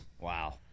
Wow